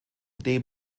dem